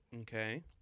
Okay